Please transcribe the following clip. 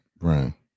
Right